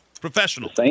Professional